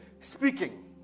speaking